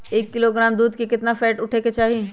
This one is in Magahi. एक किलोग्राम दूध में केतना फैट उठे के चाही?